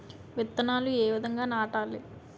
విత్తనాలు ఏ విధంగా నాటాలి?